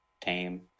tame